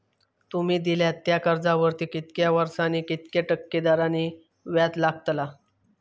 तुमि दिल्यात त्या कर्जावरती कितक्या वर्सानी कितक्या टक्के दराने व्याज लागतला?